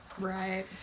Right